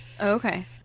Okay